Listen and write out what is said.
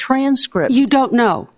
transcript you don't know